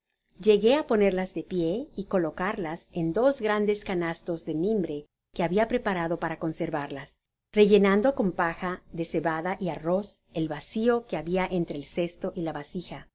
llegué á ponerlas de pié y colocarlas en dos grandes canastos de mimbre que habia preparado para conservarlas rellenando con paja de cebada y arroz el vacío que habia entre el cesto y lavasiji juzgué que